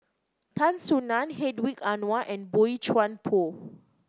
Tan Soo Nan Hedwig Anuar and Boey Chuan Poh